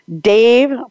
Dave